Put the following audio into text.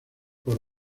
por